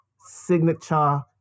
signature